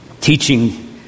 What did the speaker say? teaching